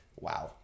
wow